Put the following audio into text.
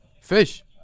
fish